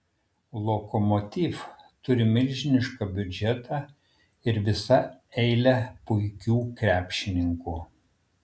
lokomotiv turi milžinišką biudžetą ir visą eilę puikių krepšininkų